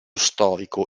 storico